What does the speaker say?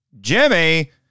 Jimmy